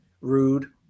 rude